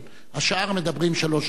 השאר מדברים שלוש דקות.